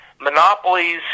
monopolies